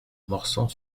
morsang